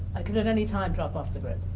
like and at anytime drop off the grid,